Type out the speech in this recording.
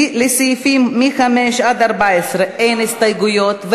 לסעיפים 5 14 אין הסתייגויות,